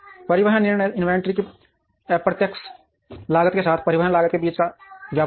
परिवहन निर्णय इन्वेंट्री की अप्रत्यक्ष लागत के साथ परिवहन लागत के बीच का व्यापार है